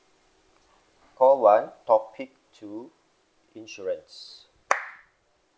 call one topic two insurance